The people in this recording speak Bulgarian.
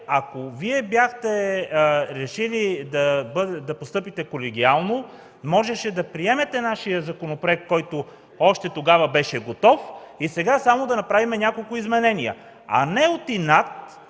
ако Вие бяхте решили да постъпите колегиално, можеше да приемете нашия законопроект, който още тогава беше готов и сега само да направим няколко изменения. А не от инат